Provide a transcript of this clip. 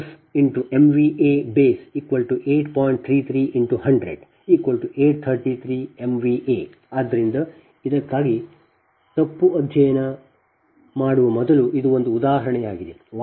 ಆದ್ದರಿಂದ ಇದಕ್ಕಾಗಿ ತಪ್ಪು ಅಧ್ಯಯನ ಮಾಡುವ ಮೊದಲು ಇದು ಒಂದು ಉದಾಹರಣೆಯಾಗಿದೆ